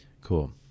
cool